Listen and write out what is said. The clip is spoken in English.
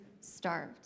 starved